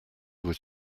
was